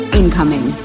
incoming